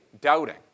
doubting